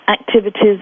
activities